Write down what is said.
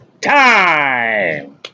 time